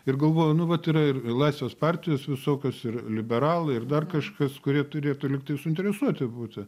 ir galvoju nu vat yra ir laisvės partijos visokios ir liberalai ir dar kažkas kurie turėtų lyg tai suinteresuoti būti